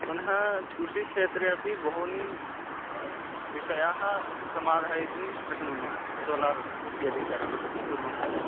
पुनः कृषिक्षेत्रे अपि बहूनि विषयाः समाधातुं शक्नुमः सोलार् यदि कर् कुर्मः चेत्